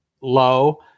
low